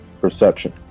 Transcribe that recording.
Perception